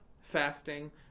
fasting